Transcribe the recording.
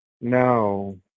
No